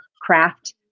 craft